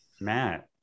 Matt